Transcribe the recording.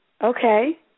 Okay